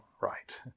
right